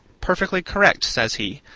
perfectly correct, says he.